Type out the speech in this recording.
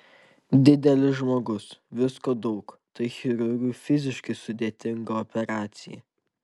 didelis žmogus visko daug tai chirurgui fiziškai sudėtinga operacija